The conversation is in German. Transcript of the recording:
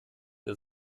der